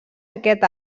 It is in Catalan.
aquest